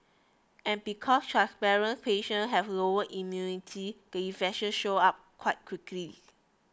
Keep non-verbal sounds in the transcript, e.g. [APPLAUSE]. and because [UNINTELLIGIBLE] patients have lower immunity the infection show up quite quickly